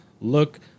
look